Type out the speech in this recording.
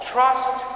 Trust